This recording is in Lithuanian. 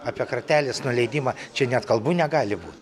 apie kartelės nuleidimą čia net kalbų negali būt